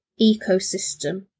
ecosystem